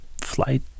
flight